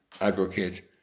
advocate